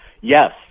Yes